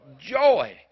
Joy